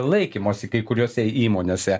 laikymosi kai kuriose įmonėse